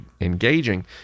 engaging